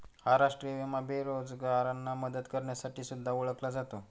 हा राष्ट्रीय विमा बेरोजगारांना मदत करण्यासाठी सुद्धा ओळखला जातो